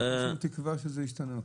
אנחנו רוצים תקווה שזה ישתנה.